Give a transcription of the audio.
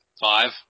Five